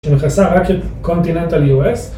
שנכנסה רק לקונטיננטל U.S.